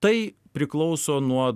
tai priklauso nuo